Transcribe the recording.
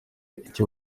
ibyo